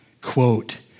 quote